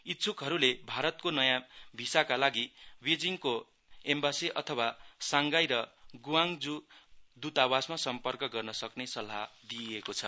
इच्छुकहरूले भारतको नयाँ भिसाका लागि विजिङको एम्बासे अथवा साङगाई र गुआङजु द्वतावासमा सम्पर्क गर्न सक्ने सल्लाह दिइएको छ